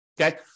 Okay